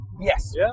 Yes